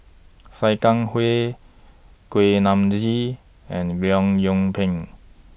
Sia Kah Hui Kuak Nam Ji and Leong Yoon Pin